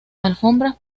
alfombras